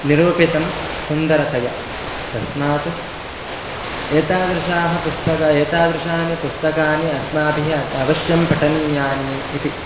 निरूपितं सुन्दरतया तस्मात् एतादृशाः पुस्तकं एतादृशानि पुस्तकानि अस्माभिः अतः अवश्यं पठनीयानि इति